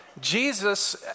Jesus